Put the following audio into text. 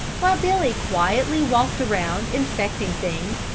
while billy quietly walked around inspecting things,